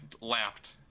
lapped